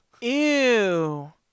Ew